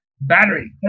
Battery